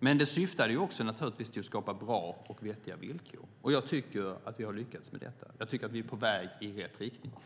Det syftade givetvis också till att skapa bra och vettiga villkor. Jag tycker att vi har lyckats med det och är på väg i rätt riktning.